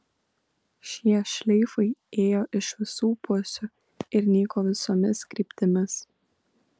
šie šleifai ėjo iš visų pusių ir nyko visomis kryptimis